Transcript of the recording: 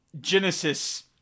genesis